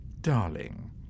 darling